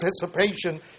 participation